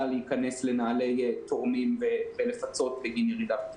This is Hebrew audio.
להיכנס לנעלי תורמים ולפצות בגין ירידה.